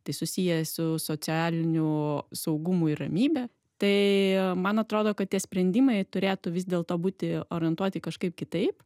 tai susiję su socialiniu saugumu ir ramybe tai man atrodo kad tie sprendimai turėtų vis dėlto būti orientuoti kažkaip kitaip